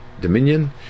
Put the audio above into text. dominion